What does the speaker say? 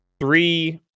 three